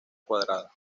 cuadrada